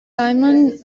simon